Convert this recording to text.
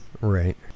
Right